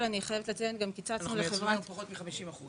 אנחנו מייצרים היום פחות מ-50%